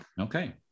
okay